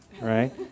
Right